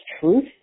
truth